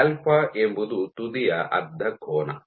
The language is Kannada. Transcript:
ಆಲ್ಫಾ ಎಂಬುದು ತುದಿಯ ಅರ್ಧ ಕೋನ